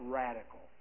radical